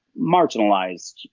marginalized